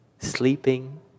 sleeping